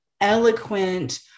eloquent